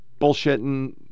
bullshitting